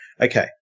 Okay